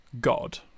God